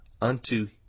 unto